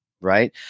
right